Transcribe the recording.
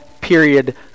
period